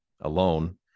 alone